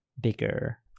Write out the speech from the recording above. bigger